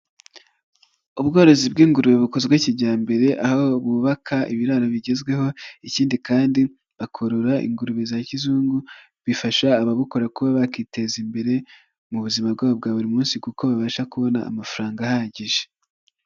Ubworozi bw'ingurube bukozwe kijyambere, aho bubaka ibiraro bigezweho ikindi kandi bakorora ingurube za kizungu, bifasha ababukora kuba bakiteza imbere mu buzima bwabo bwa buri munsi kuko babasha kubona amafaranga ahagije.